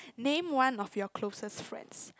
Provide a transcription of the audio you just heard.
name one of your closest friends